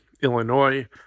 Illinois